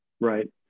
right